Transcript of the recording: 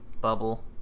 bubble